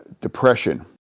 depression